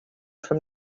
from